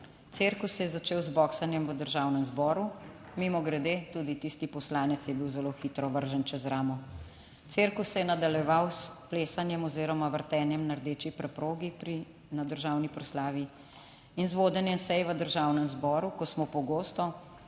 Cirkus se je začel z boksanjem v Državnem zboru. Mimogrede tudi tisti poslanec je bil zelo hitro vržen čez ramo. Cirkus se je nadaljeval s plesanjem oziroma vrtenjem na rdeči preprogi na državni proslavi in z vodenjem sej v državnem zboru, ko smo pogosto,